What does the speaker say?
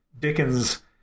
Dickens